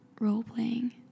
role-playing